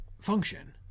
function